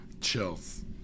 Chills